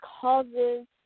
causes